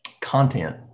content